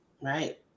Right